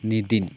Nidhin